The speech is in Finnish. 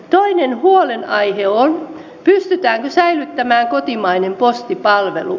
toinen huolenaihe on pystytäänkö säilyttämään kotimainen postipalvelu